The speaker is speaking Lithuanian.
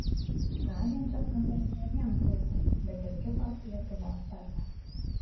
tądien čia skambės ne vien dzūkų bet ir kitos lietuvos tarmės